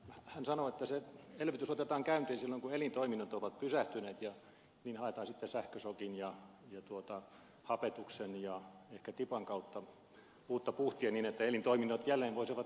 hän sanoi että se elvytys otetaan käyttöön silloin kun elintoiminnot ovat pysähtyneet ja niin haetaan sitten sähkösokin ja hapetuksen ja ehkä tipan kautta uutta puhtia niin että elintoiminnot jälleen voisivat käynnistyä